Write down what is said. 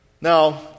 Now